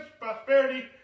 prosperity